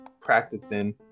practicing